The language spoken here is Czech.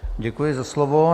Děkuji za slovo.